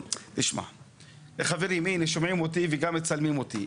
חברים שומעים אותי ומצלמים אותי.